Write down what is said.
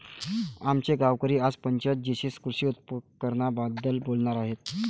आमचे गावकरी आज पंचायत जीशी कृषी उपकरणांबद्दल बोलणार आहेत